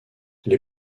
les